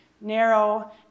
narrow